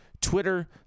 Twitter